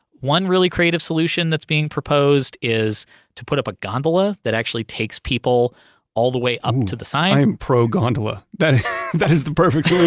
one really creative solution that's being proposed is to put up a gondola that actually takes people all the way up to the sign i am pro-gondola. that that is the perfect solution.